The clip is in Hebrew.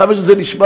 כמה שזה נשמע